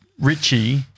Richie